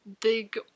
big